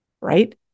right